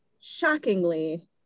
shockingly